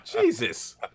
Jesus